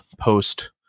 post